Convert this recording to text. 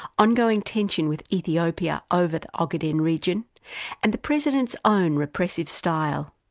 ongoing tensions with ethiopia over the ogaden region and the president's own repressive style.